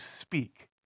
speak